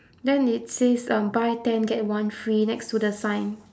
then it says um buy ten get one free next to the sign